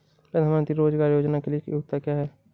प्रधानमंत्री रोज़गार योजना के लिए योग्यता क्या है?